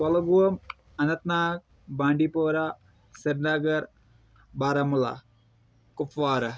کۄلہٕ گوم Anantnag Bandipora Srinagar Baramulla Kupwara